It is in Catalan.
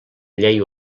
llei